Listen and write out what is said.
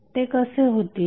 ते कसे होतील